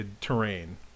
terrain